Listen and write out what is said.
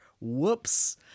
Whoops